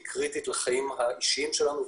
היא קריטית לחיים האישיים שלנו,